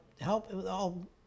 help